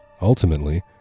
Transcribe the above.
Ultimately